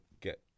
get